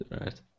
Right